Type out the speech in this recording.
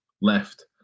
left